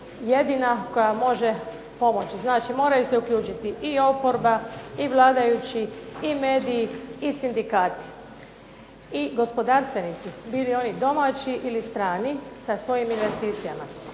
jedina koja može pomoći. Znači moraju se uključiti i oporba, i vladajući i mediji, i sindikati, i gospodarstvenici, bili oni domaći ili strani, sa svojim investicijama.